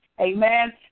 Amen